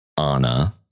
Anna